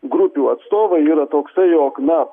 grupių atstovai yra toksai jog na